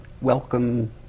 welcome